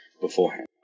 beforehand